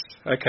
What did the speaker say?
Okay